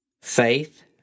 faith